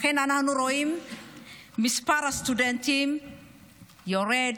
לכן אנחנו רואים שמספר הסטודנטים יורד,